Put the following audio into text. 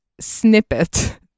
snippet